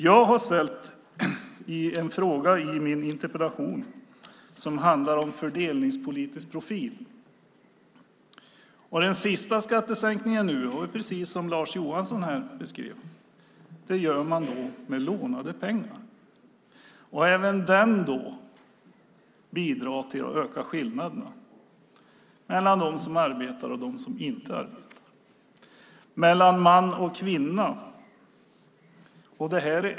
Jag har i min interpellation ställt en fråga som handlar om den fördelningspolitiska profilen. Den senaste skattesänkningen gör man, precis som Lars Johansson här beskrev, med lånade pengar. Även den bidrar till att öka skillnaderna mellan dem som arbetar och dem som inte arbetar och mellan man och kvinna.